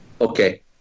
okay